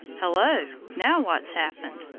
hello! now what's happened?